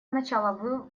начала